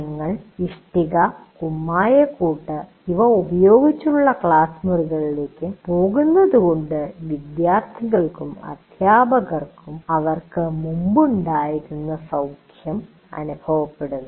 നിങ്ങൾ ഇഷ്ടിക കുമ്മായക്കൂട്ട് ഇവ ഉപയോഗിച്ചുള്ള ഉള്ള ക്ലാസ്സ് മുറികളിലേക്ക് പോകുന്നതു കൊണ്ട് വിദ്യാർഥികൾക്കും അധ്യാപകർക്കും അവർക്കു മുമ്പുണ്ടായിരുന്ന സൌഖ്യം അനുഭവപ്പെടുന്നു